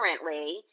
currently